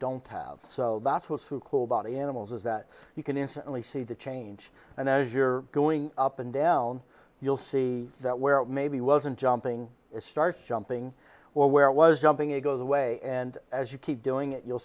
don't have so that's what's who cool body animals is that you can instantly see the change and as you're going up and down you'll see that where it maybe wasn't jumping it starts jumping where it was jumping it goes away and as you keep doing it you'll